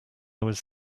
was